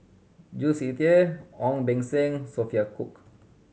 Jules Itier Ong Beng Seng Sophia Cooke